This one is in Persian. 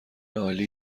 عالی